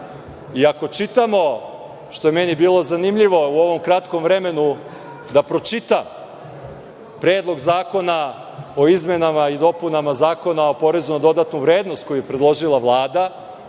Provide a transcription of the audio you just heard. radi. Ako čitamo, što je meni bilo zanimljivo u ovom kratkom vremenu, da pročita, Predlog zakona o izmenama i dopunama Zakona o porezu na dodatu vrednost, koji je predložila Vlada,